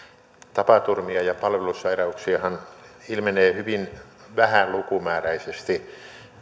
tapaturmia ja palvelussairauksiahan ilmenee hyvin vähän lukumääräisesti